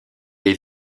est